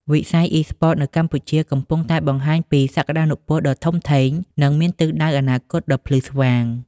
វិស័យអុីស្ព័តនៅកម្ពុជាកំពុងតែបង្ហាញពីសក្តានុពលដ៏ធំធេង និងមានទិសដៅអនាគតដ៏ភ្លឺស្វាង។